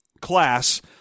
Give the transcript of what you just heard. class